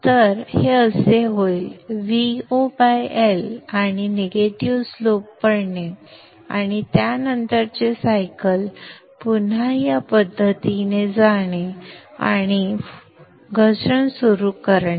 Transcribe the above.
तर हे असे होईल - VoL आणि निगेटिव्ह स्लोप पडणे आणि त्यानंतरचे सायकल पुन्हा या पद्धतीने जाणे आणि घसरण सुरू करणे